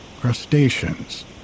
crustaceans